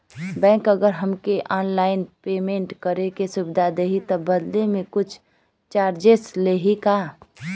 Bank अगर हमके online payment करे के सुविधा देही त बदले में कुछ चार्जेस लेही का?